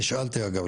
אגב,